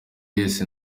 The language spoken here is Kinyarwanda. wese